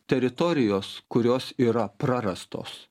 teritorijos kurios yra prarastos